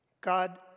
God